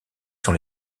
sont